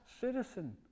citizen